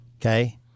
Okay